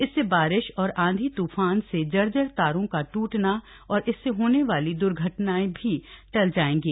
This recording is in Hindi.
इससे बारिश और आंधी तूफान से जर्जर तारों का टूटना और इससे होने वाली द्र्घटनाएं भी टल जाएंगी